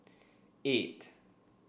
eight